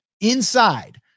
inside